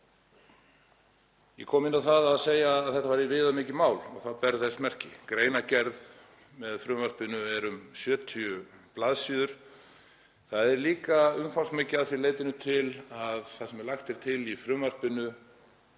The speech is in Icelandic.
Ég kom inn á það að þetta væri viðamikið mál og það ber þess merki. Greinargerð með frumvarpinu er um 70 blaðsíður. Það er líka umfangsmikið að því leytinu til að það sem lagt er til í frumvarpinu